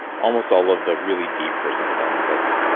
almost all of the really deep personal development books,